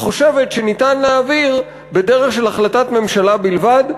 חושבת שניתן להעביר בדרך של החלטת ממשלה בלבד?